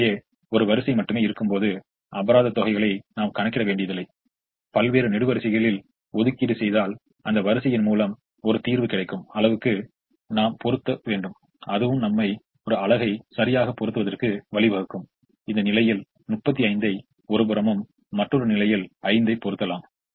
உண்மையிலே ஒரு வரிசை மட்டும் இருக்கும்போது அபராத தொகைகளை நாம் கணக்கிட வேண்டியதில்லை பல்வேறு நெடுவரிசைகளில் ஒதுக்கீடு செய்தால் அந்த வரிசையின் மூலம் ஒரு தீர்வு கிடைக்கும் அளவுக்கு நாம் பொறுத்த வேண்டும் அதுவும் நம்மை ஒரு அலகை சரியாக பொறுத்துவதற்கு வழிவகுக்கும் இந்த நிலையில் 35 ஐ ஒருபுறமும் மற்றொரு நிலையில் 5 ஐ பொருத்தலாம்